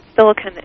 silicon